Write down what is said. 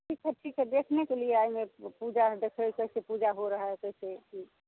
ठीक है ठीक है देखनेके लिए आयल है पूजा आर देखबै कैसे पूजा हो रहा है कैसे की